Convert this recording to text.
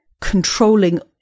controlling